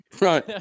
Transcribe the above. Right